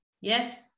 yes